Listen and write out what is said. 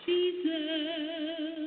Jesus